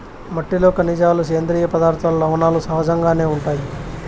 మట్టిలో ఖనిజాలు, సేంద్రీయ పదార్థాలు, లవణాలు సహజంగానే ఉంటాయి